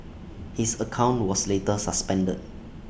his account was later suspended